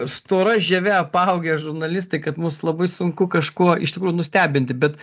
stora žieve apaugę žurnalistai kad mus labai sunku kažkuo iš tikrųjų nustebinti bet